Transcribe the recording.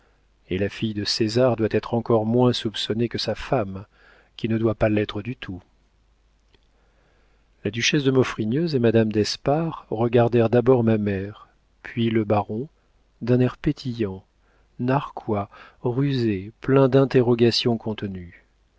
et la fille de césar doit être encore moins soupçonnée que sa femme qui ne doit pas l'être du tout la duchesse de maufrigneuse et madame d'espard regardèrent d'abord ma mère puis le baron d'un air pétillant narquois rusé plein d'interrogations contenues